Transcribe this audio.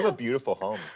ah beautiful home.